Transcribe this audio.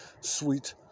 sweet